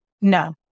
No